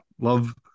Love